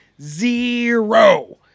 Zero